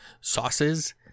sauces